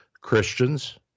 Christians